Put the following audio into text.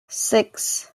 six